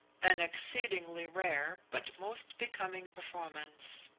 an exceedingly rare but most becoming performance.